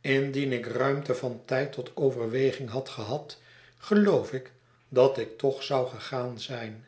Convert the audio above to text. indien ik ruimte van tijd tot overweging had gehad geloof ik dat ik toch zou gegaan zijn